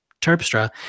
Terpstra